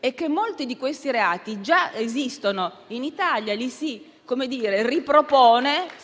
è che molti di questi reati già esistono in Italia; li si ripropone